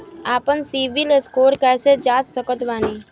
आपन CIBIL score कैसे जांच सकत बानी?